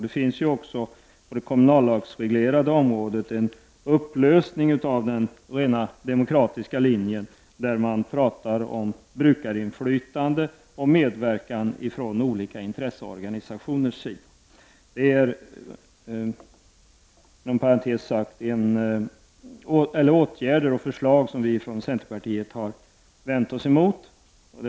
Det finns också på det kommunallagsreglerade området en upplösning av den rena demokratiska linjen, där man talar om brukarinflytande och medverkan från olika intresseorganisationer. Det är, inom parentes sagt, åtgärder och förslag som vi från centerpartiet har vänt oss emot.